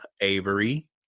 avery